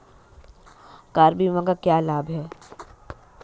Car बीमा का क्या लाभ है?